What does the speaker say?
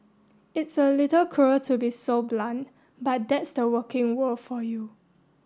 it's a little cruel to be so blunt but that's the working world for you